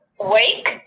wake